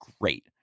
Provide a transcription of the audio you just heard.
great